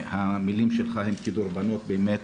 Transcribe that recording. והמילים שלך הן כדורבנות באמת,